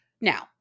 Now